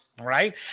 right